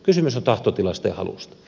kysymys on tahtotilasta ja halusta